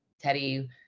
teddy